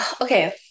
okay